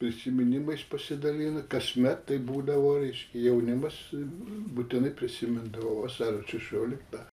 prisiminimais pasidalina kasmet tai būdavo reiškia jaunimas būtinai prisimindavo vasario šešioliktą